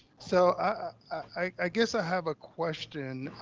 so i i guess i have a question